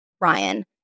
Ryan